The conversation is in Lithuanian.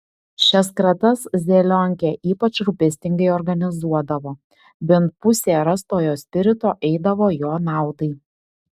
šias kratas zelionkė ypač rūpestingai organizuodavo bent pusė rastojo spirito eidavo jo naudai